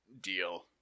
deal